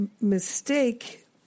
mistake